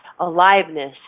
aliveness